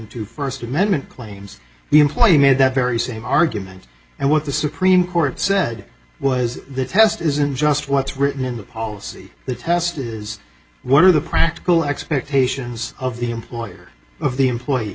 to first amendment claims the employee made that very same argument and what the supreme court said was the test isn't just what's written in the policy the test is what are the practical expectations of the employer of the employee